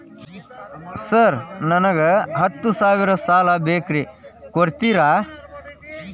Sir ನನಗ ಹತ್ತು ಸಾವಿರ ಸಾಲ ಬೇಕ್ರಿ ಕೊಡುತ್ತೇರಾ?